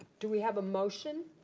do we have a motion?